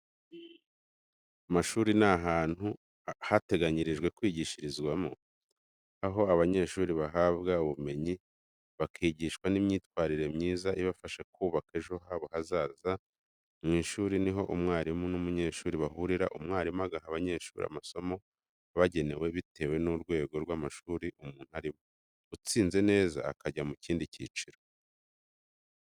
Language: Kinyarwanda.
Amashuri ni ahantu hateganyirijwe kwigishirizwamo, aho abanyeshuri bahabwa ubumenyi bakigishwa n'imyitwarire myiza ibafasha kubaka ejo hazaza habo heza. Mu ishuri niho umwarimu n'umunyeshuri bahurira, umwarimu agaha abanyeshuri amasomo abagenewe bitewe n'urwego rw'amashuri umuntu arimo, utsinze neza akajya mu kindi cyiciro.